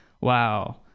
wow